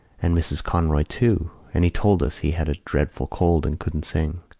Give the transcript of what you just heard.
and mrs. conroy, too, and he told us he had a dreadful cold and couldn't sing.